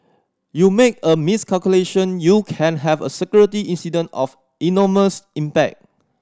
you make a miscalculation you can have a security incident of enormous impact